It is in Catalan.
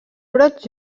brots